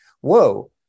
Whoa